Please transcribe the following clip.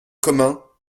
commun